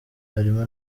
harimo